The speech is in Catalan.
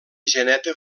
geneta